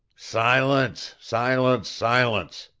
silence! silence! silence!